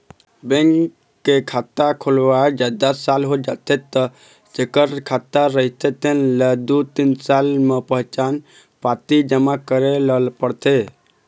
bank के खाता खोलवाए जादा साल हो जाथे त जेखर खाता रहिथे तेन ल दू तीन साल म पहचान पाती जमा करे ल परथे